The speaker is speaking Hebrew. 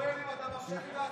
אני שואל אם אתה מרשה לי להצביע.